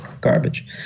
garbage